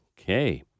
Okay